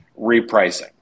repricing